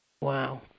Wow